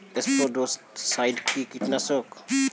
স্পোডোসাইট কি কীটনাশক?